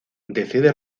decide